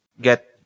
get